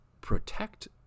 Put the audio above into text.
protect